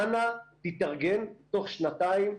אנא התארגן תוך שנתיים,